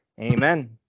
amen